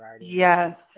yes